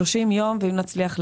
30 יום ואם נצליח להקדים,